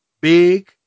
big